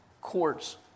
courts